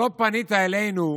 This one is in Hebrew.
לא פנית אלינו,